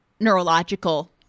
neurological